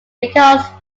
because